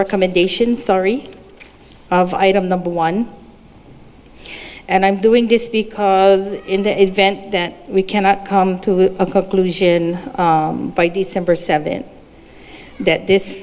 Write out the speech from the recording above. recommendation story of item number one and i'm doing this because in the event that we cannot come to a conclusion by december seventh that this